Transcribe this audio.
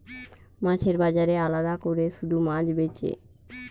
মাছের বাজারে আলাদা কোরে শুধু মাছ বেচে